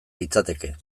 litzateke